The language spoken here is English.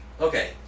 Okay